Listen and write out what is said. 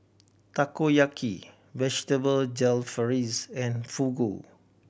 Takoyaki Vegetable Jalfrezi and Fugu